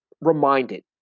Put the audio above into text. reminded